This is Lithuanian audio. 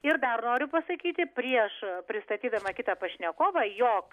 ir dar noriu pasakyti prieš pristatydama kitą pašnekovą jog